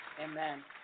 Amen